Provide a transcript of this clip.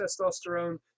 testosterone